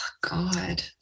god